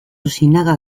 osinaga